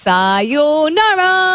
Sayonara